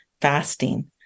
fasting